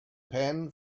pan